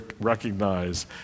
recognize